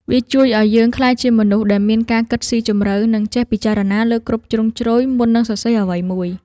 វាជួយឱ្យយើងក្លាយជាមនុស្សដែលមានការគិតស៊ីជម្រៅ និងចេះពិចារណាលើគ្រប់ជ្រុងជ្រោយមុននឹងសរសេរអ្វីមួយ។